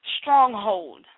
stronghold